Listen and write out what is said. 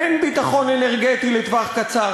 אין ביטחון אנרגטי לטווח קצר.